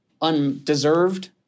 undeserved